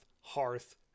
hearth